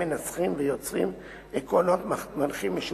מנסחים ויוצרים עקרונות מנחים משותפים,